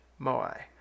moai